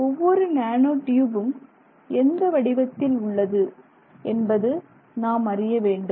ஒவ்வொரு நானோ ட்யூபும் எந்த வடிவத்தில் உள்ளது என்பது நாம் அறிய வேண்டும்